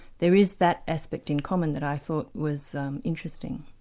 there is that aspect in common that i thought was interesting.